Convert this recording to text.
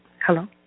Hello